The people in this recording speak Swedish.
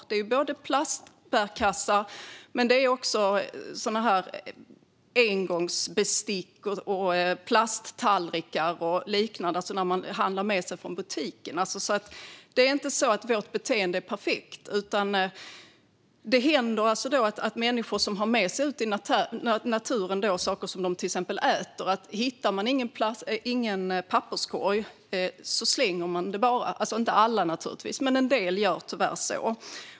Det är plastbärkassar men också engångsbestick, plasttallrikar och liknande som man handlar med sig från butiken. Vårt beteende är inte perfekt. Det händer att människor har med sig saker i naturen som de till exempel äter. Hittar de ingen papperskorg slänger en del skräpet. Det gäller naturligtvis inte alla, men en del gör tyvärr så.